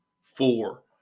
Four